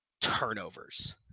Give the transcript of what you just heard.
turnovers